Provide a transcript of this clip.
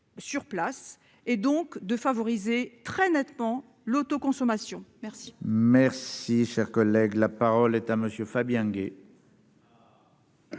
sur place et donc de favoriser très nettement l'autoconsommation merci.